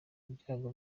ibyago